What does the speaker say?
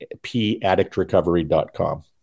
paddictrecovery.com